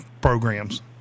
programs